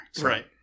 Right